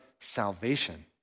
salvation